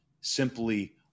simply